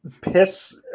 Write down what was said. piss